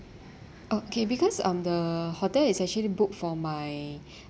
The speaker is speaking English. okay because um the hotel is actually booked for my